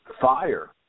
fire